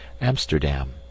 Amsterdam